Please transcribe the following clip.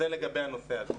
זה לגבי הנושא הזה.